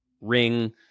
Ring